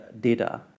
data